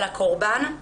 על הקורבן.